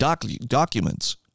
documents